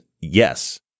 yes